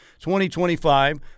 2025